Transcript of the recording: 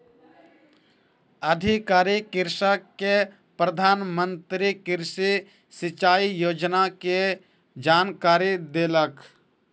अधिकारी कृषक के प्रधान मंत्री कृषि सिचाई योजना के जानकारी देलक